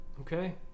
Okay